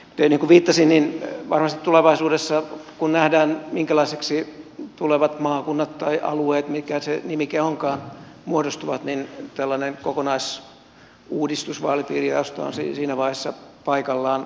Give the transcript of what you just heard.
niin kuin viittasin varmasti tulevaisuudessa kun nähdään minkälaisiksi tulevat maakunnat tai alueet mikä se nimike onkaan muodostuvat tällainen kokonaisuudistus vaalipiirijaosta on siinä vaiheessa paikallaan